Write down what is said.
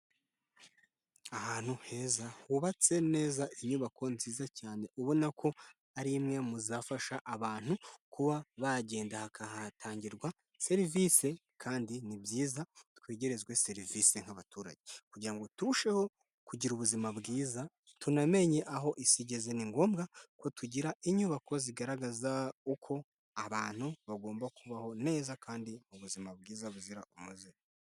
Ahantu heza hubatse neza inyubako nziza cyane ubona ko ari imwe muzafasha abantu kuba bagenda hagatangirwa serivisi kandi ni byiza twegerezwe serivisi nk'abaturage. kugira ngo turusheho kugira ubuzima bwiza, tunamenye aho isi igeze ni ngombwa ko tugira inyubako zigaragaza uko abantu bagomba kubaho neza kandi ubuzima bwiza buzira umuze.